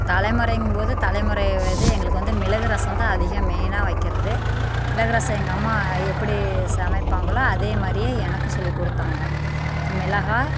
தலைமுறையிங்கும்போது தலைமுறைய இது எங்களுக்கு வந்து மிளகு ரசம் தான் அதிகம் மெயினாக வைக்கிறது மிளகு ரசம் எங்கள் அம்மா எப்படி சமைப்பாங்களோ அதே மாதிரியே எனக்கும் சொல்லி கொடுத்தாங்க மிளகாய்